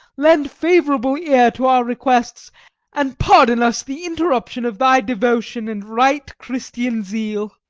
lend favourable ear to our requests and pardon us the interruption of thy devotion and right christian zeal.